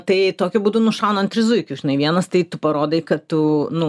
tai tokiu būdu nušaunant tris zuikius žinai vienas tai tu parodai kad tu nu